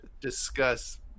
discuss